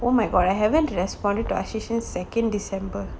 oh my god I haven't responded to ashey second december